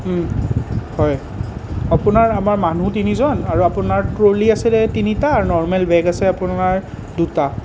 হয় আপোনাৰ আমাৰ মানুহ তিনিজন আৰু আপোনাৰ ট্ৰলি আছিলে তিনিটা আৰু নৰ্মেল বেগ আছে আপোনাৰ দুটা